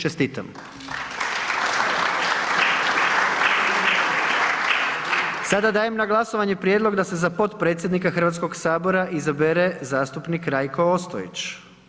Čestitam. Sada dajem na glasovanje Prijedlog da se za potpredsjednika Hrvatskog sabora izabere zastupnik Rajko Ostojić.